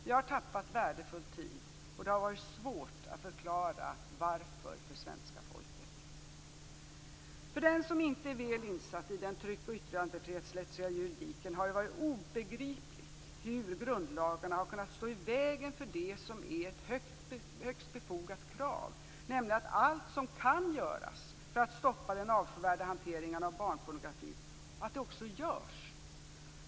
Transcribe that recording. Vi har tappat värdefull tid, och det har varit svårt att förklara varför för svenska folket. För den som inte är väl insatt i den tryck och yttrandefrihetsrättsliga juridiken har det varit obegripligt hur grundlagarna kunnat stå i vägen för det som är ett högst befogat krav, nämligen att allt som kan göras för att stoppa den avskyvärda hanteringen med barnpornografi också görs.